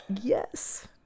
yes